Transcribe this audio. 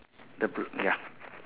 the bl~ ya